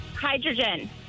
Hydrogen